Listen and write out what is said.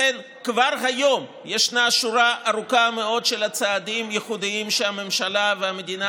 כבר היום יש שורה ארוכה מאוד של צעדים ייחודיים שהממשלה והמדינה